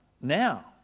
now